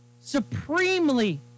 supremely